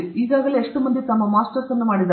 ಈಗಾಗಲೇ ಎಷ್ಟು ಮಂದಿ ತಮ್ಮ ಮಾಸ್ಟರ್ಸ್ ಅನ್ನು ಮಾಡಿದ್ದಾರೆ